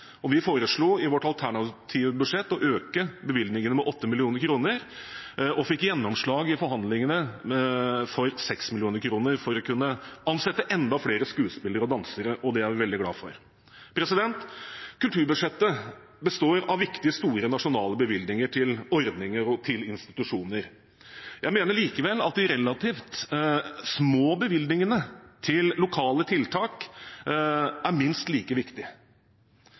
Vi foreslo i vårt alternative budsjett å øke bevilgningene med 8 mill. kr og fikk gjennomslag i forhandlingene for 6 mill. kr for å kunne ansette enda flere skuespillere og dansere, og det er vi veldig glade for. Kulturbudsjettet består av viktige, store nasjonale bevilgninger til ordninger og institusjoner. Jeg mener likevel at de relativt små bevilgningene til lokale tiltak er minst like